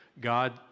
God